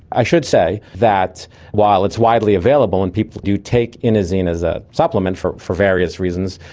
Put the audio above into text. i should say that while it's widely available and people do take inosine as a supplement for for various reasons,